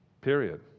Period